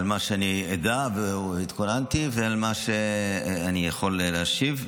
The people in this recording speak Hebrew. על מה שאני יודע והתכוננתי ועל מה שאני יכול להשיב,